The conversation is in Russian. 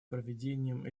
проведением